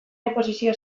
inposizio